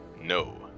No